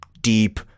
deep